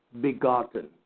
begotten